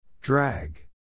Drag